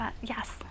Yes